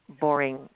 boring